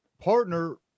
partner